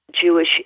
Jewish